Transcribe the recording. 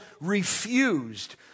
refused